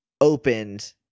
opened